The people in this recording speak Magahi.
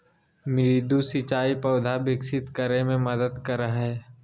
मृदु सिंचाई पौधा विकसित करय मे मदद करय हइ